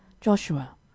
Joshua